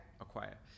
Acquire